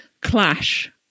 clash